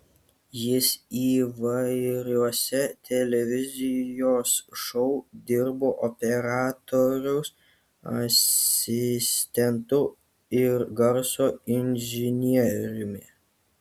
jis įvairiuose televizijos šou dirbo operatoriaus asistentu ir garso inžinieriumi